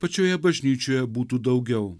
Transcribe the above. pačioje bažnyčioje būtų daugiau